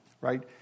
right